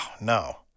no